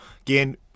again